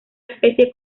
especie